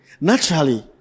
Naturally